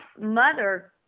mother